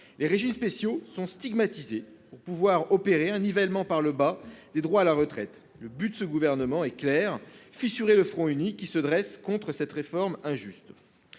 Les régimes spéciaux sont stigmatisés pour pouvoir niveler par le bas les droits à la retraite. Le but de ce gouvernement est clair : fissurer le front uni qui se dresse contre cette réforme injuste.